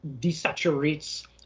desaturates